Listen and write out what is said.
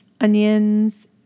onions